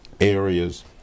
Areas